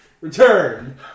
return